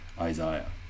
Isaiah